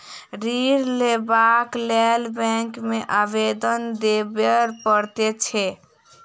ऋण लेबाक लेल बैंक मे आवेदन देबय पड़ैत छै